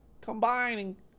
combining